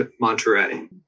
monterey